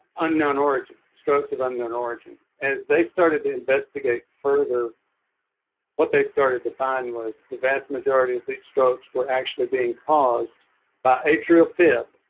unknown origin strokes of unknown origin as they started to investigate further what they started to find was the vast majority of these strokes were actually being caused by atrial fib